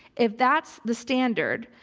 if that's the standard,